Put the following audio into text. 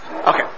okay